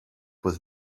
with